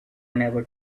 never